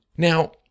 Now